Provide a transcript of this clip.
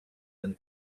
than